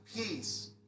peace